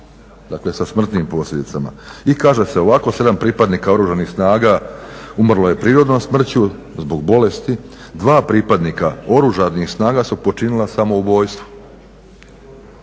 događaja sa smrtnim posljedicama. I kaže se ovako, 7 pripadnika Oružanih snaga umrlo je prirodnom smrću zbog bolesti, 2 pripadnika Oružanih snaga su počinila samoubojstvo